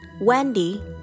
Wendy